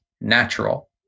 natural